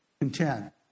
Content